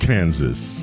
Kansas